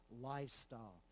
lifestyle